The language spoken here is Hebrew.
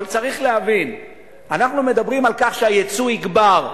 אבל צריך להבין שאנחנו מדברים על כך שהיצוא יגבר.